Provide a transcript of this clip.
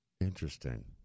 Interesting